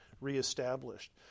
reestablished